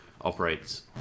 operates